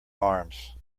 arms